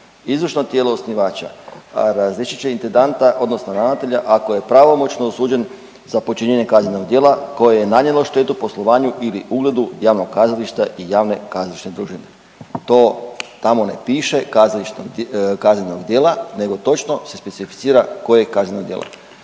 Izvršno tijelo osnivača razriješit će intendanta odnosno ravnatelja ako je pravomoćno osuđen za počinjenje kaznenog djela koje je nanijelo štetu poslovanju ili ugledu javnog kazališta i javne kazalište družine. To tamo ne piše kaznenog djela nego se točno specificira koje kazneno djelo.